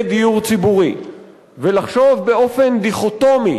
דיור ציבורי ולחשוב באופן דיכוטומי